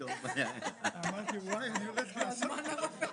הסכמה מהביטוח